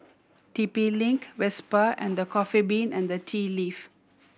T P Link Vespa and The Coffee Bean and Tea Leaf